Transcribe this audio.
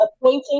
appointing